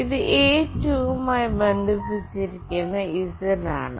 ഇത് A2 മായി ബന്ധിപ്പിച്ചിരിക്കുന്ന z ആണ്